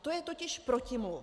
To je totiž protimluv.